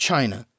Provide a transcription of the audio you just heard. China